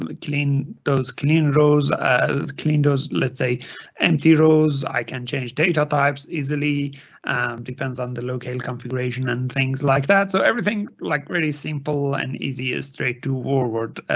um clean those clean rose as clean those, let's say empty rows. i can change datatypes easily depends on the locale configuration and things like that. so everything like really simple and easy, a straight toward.